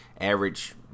average